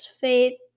faith